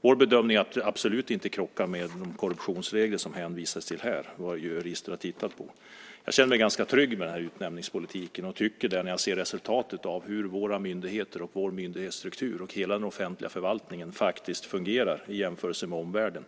Vår bedömning är att det absolut inte krockar med de korruptionsregler som det hänvisas till här. Våra jurister har tittat på det. Jag känner mig ganska trygg med den här utnämningspolitiken. Jag tycker det när jag ser resultatet av hur våra myndigheter, vår myndighetsstruktur och hela den offentliga förvaltningen faktiskt fungerar i jämförelse med omvärlden.